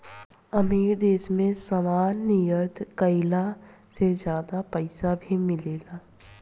अमीर देश मे सामान निर्यात कईला से ज्यादा पईसा भी मिलेला